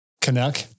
Canuck